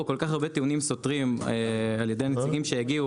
נאמרו פה כל כך הרבה טיעונים סותרים על ידי הנציגים שהגיעו,